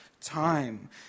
time